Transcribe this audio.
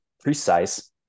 precise